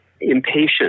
impatient